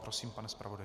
Prosím, pane zpravodaji.